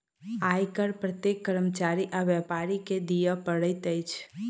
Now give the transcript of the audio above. आय कर प्रत्येक कर्मचारी आ व्यापारी के दिअ पड़ैत अछि